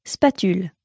Spatule